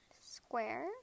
square